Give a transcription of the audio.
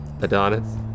Adonis